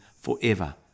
forever